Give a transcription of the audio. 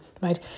right